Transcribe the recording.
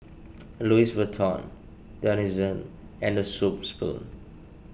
Louis Vuitton Denizen and the Soup Spoon